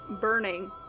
burning